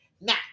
Now